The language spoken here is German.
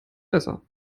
besser